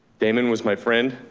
damon was my friend,